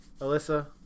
Alyssa